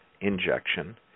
injection